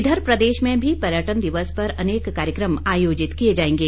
इधर प्रदेश में भी पर्यटन दिवस पर अनेक कार्यक्रम आयोजित किए जाएंगे